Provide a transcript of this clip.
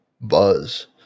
buzz